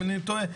אם אינני טועה,